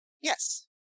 yes